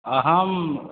अहम्